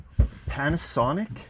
Panasonic